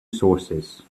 sources